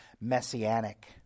messianic